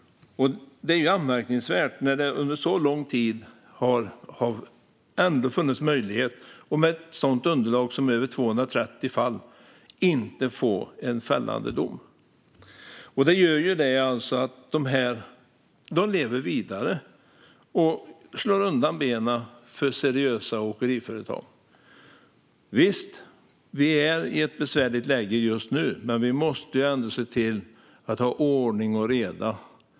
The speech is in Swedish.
När möjligheten har funnits under så lång tid och när det finns ett så stort underlag, över 230 fall, är det anmärkningsvärt att inte få en enda fällande dom. Det gör att de här företagen lever vidare och slår undan benen för seriösa åkeriföretag. Visst - vi är i ett besvärligt läge just nu. Men vi måste ändå se till att ha ordning och reda.